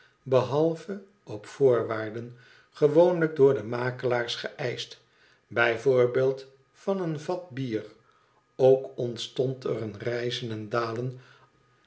behalve op voorwaarden gewoonlijk door de makelaars geëischt b v van een vat bier ook ontstond er een rijzen en dalen